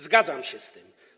Zgadzam się z tym.